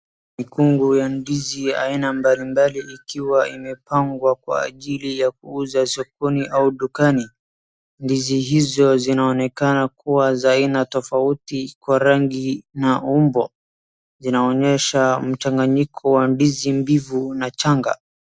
Mikungu ya ndizi ya aina mbalimbali ikiwa imepangwa kwa ajili ya kuuza sokoni au dukani. Ndizi izo zinaonekana kuwa za aina tofauti kwa rangi na umbo. Zinaonyesha mchanganyiko wa ndizi mbivu na changa.